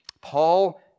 Paul